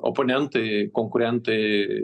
oponentai konkurentai